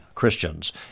Christians